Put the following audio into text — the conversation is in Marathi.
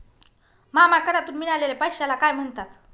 मामा करातून मिळालेल्या पैशाला काय म्हणतात?